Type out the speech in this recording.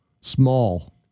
small